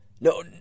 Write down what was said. no